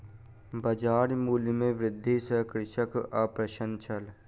बजार मूल्य में वृद्धि सॅ कृषक अप्रसन्न छल